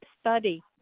study